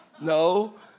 No